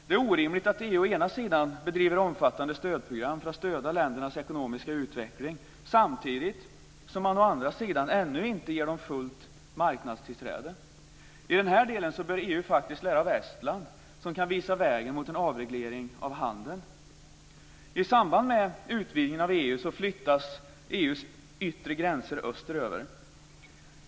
Det är orimligt att EU å ena sidan bedriver omfattande stödprogram för att stödja ländernas ekonomiska utveckling samtidigt som man å andra sidan ännu inte ger dem fullt marknadstillträde. I den delen bör EU faktiskt lära av Estland, som kan visa vägen mot en avreglering av handeln. I samband med utvidgningen av EU flyttas EU:s yttre gränser österöver.